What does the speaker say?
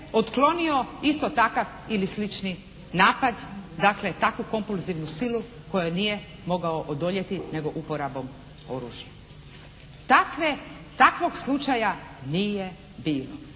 otklonio isto takav ili slični napad. Dakle takvu kompulzivnu silu kojoj nije mogao odoljeti nego uporabom oružja. Takve, takvog slučaja nije bilo.